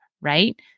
right